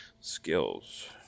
skills